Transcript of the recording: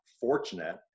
fortunate